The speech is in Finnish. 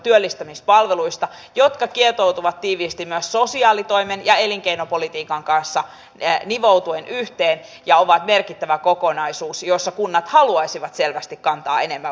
sinne on muuttanut uusia perheitä ja kun he ovat saaneet nämä talonsa valmiiksi tulee ilmoitus että heiltä viedään ratayhteys